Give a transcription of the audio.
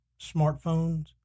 smartphones